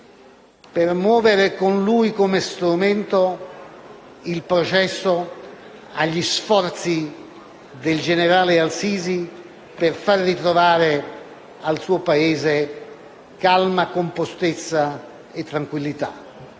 per muovere con lui, come strumento, il processo agli sforzi del generale al-Sisi per far ritrovare al suo Paese calma, compostezza e tranquillità.